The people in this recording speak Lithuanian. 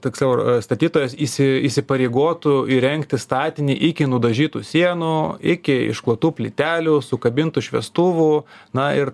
tiksliau statytojas įsi įsipareigotų įrengti statinį iki nudažytų sienų iki išklotų plytelių sukabintų šviestuvų na ir